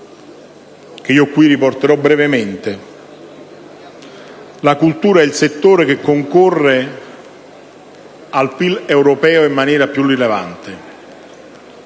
che qui riporterò brevemente, la cultura è il settore che concorre al PIL europeo in maniera più rilevante.